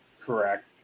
correct